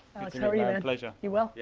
you know you know and pleasure. you well? yeah,